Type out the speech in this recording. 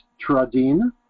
tradin